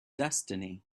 destiny